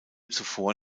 zuvor